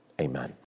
amen